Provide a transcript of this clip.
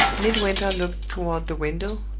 midwinter looked toward the window,